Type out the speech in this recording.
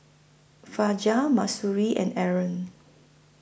Fajar Mahsuri and Aaron